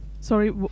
Sorry